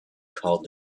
called